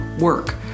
work